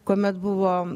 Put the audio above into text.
kuomet buvo